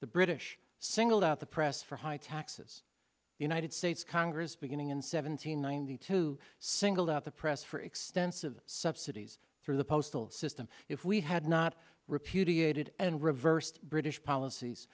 the british singled out the press for high taxes united states congress beginning in seventeen ninety two singled out the press for extensive subsidies through the postal system if we had not repudiated and reversed british policies